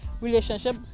relationship